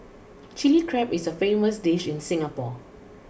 Chilli Crab is a famous dish in Singapore